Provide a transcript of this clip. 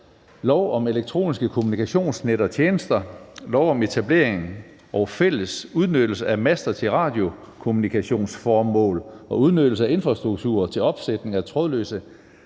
lov om elektroniske kommunikationsnet og -tjenester, lov om etablering og fælles udnyttelse af master til radiokommunikationsformål og udnyttelse af infrastruktur til opsætning af trådløse